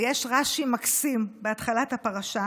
ויש רש"י מקסים בהתחלת הפרשה,